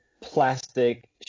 plastic